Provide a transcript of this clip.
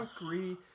agree